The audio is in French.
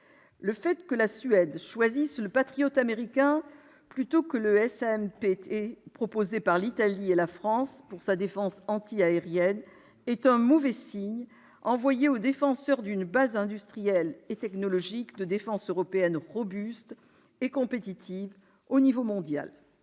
le fait que la Suède choisisse le Patriot américain plutôt que le SAMP/T proposé par l'Italie et la France pour sa défense antiaérienne est un mauvais signe envoyé aux défenseurs d'une base industrielle et technologique de défense européenne robuste et compétitive à l'échelon mondial.